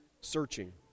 searching